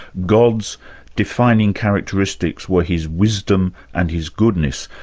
god's defining characteristics were his wisdom and his goodness.